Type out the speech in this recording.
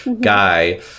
guy